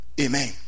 Amen